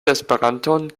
esperanton